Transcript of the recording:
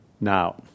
Now